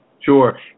Sure